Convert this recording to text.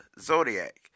Zodiac